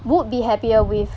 would be happier with